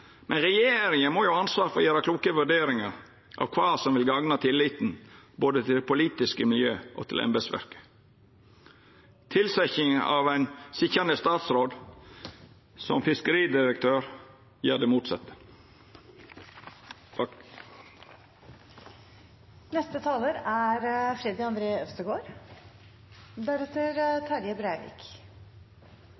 men regjeringa må jo ha ansvaret for å gjera kloke vurderingar av kva som vil gagna tilliten både til det politiske miljøet og til embetsverket. Tilsetjinga av ein sitjande statsråd som fiskeridirektør gjer det motsette. Jeg vil starte med å si at det er